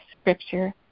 scripture